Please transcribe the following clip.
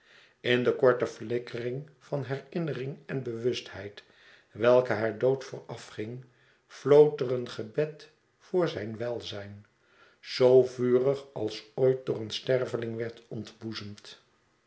in de korte flikkering van herinnering en bewustheid welke haar dood voorafging vloot er een gebed voor zijn welzijn zoo vurig als ooit door een sterveling werd ontboezemd